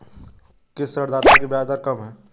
किस ऋणदाता की ब्याज दर कम है?